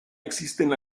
existen